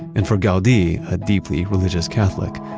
and for gaudi, a deeply religious catholic,